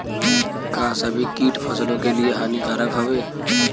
का सभी कीट फसलों के लिए हानिकारक हवें?